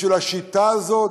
בשביל השיטה הזאת?